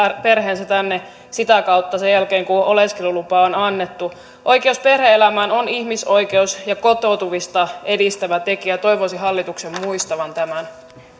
perheensä tänne sitä kautta sen jälkeen kun oleskelulupa on annettu oikeus perhe elämään on ihmisoikeus ja kotoutumista edistävä tekijä ja toivoisin hallituksen muistavan tämän